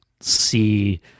see